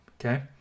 okay